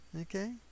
Okay